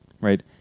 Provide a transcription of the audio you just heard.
right